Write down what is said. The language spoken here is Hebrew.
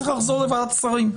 זה צריך לחזור לוועדת השרים.